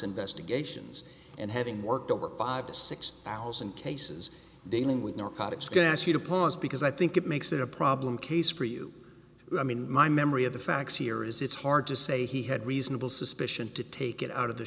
investigations and having worked over five to six thousand cases dealing with narcotics gas you to pause because i think it makes it a problem case for you i mean my memory of the facts here is it's hard to say he had reasonable suspicion to take it out of the